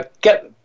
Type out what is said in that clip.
get